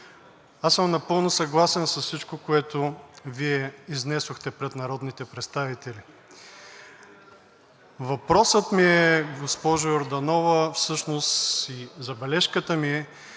аз съм напълно съгласен с всичко, което Вие изнесохте пред народните представители. Въпросът ми е, госпожо Йорданова, всъщност и забележката ми,